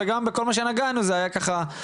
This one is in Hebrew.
וגם בכל מה שנגענו זה היה רק מלמעלה,